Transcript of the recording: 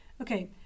okay